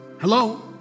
Hello